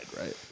right